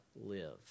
live